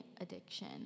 addiction